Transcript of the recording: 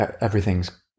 everything's